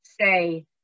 say